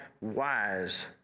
wise